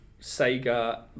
Sega